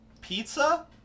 pizza